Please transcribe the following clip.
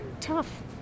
tough